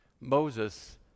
Moses